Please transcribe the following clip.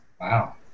Wow